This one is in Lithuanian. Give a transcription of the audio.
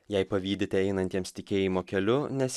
jei pavydite einantiems tikėjimo keliu nes